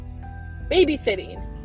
babysitting